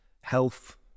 health